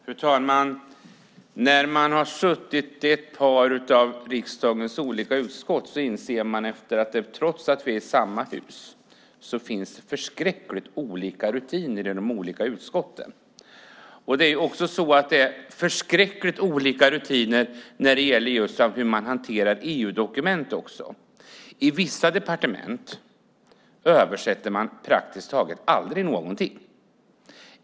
Fru talman! När man har suttit i ett par av riksdagens utskott inser man att det trots att vi är i samma hus finns förskräckligt olika rutiner i de olika utskotten. Det är också förskräckligt olika rutiner när det gäller hur man hanterar EU-dokument. I vissa departement översätter man praktiskt taget aldrig någonting.